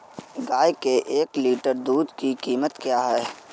गाय के एक लीटर दूध की कीमत क्या है?